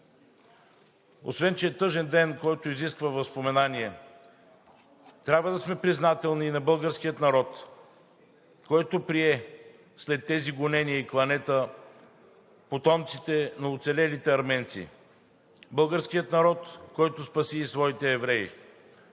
Освен че е тъжен ден, който изисква възпоменание, трябва да сме признателни и на българския народ, който прие след тези гонения и кланета потомците на оцелелите арменци – българският народ, който спаси и своите евреи.